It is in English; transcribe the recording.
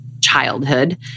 childhood